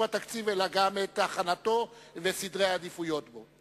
התקציב אלא גם את הכנתו וסדרי העדיפויות בו.